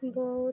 ବହୁତ